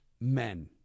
men